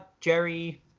Jerry